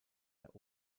der